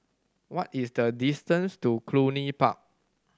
what is the distance to Cluny Park